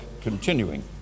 continuing